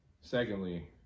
Secondly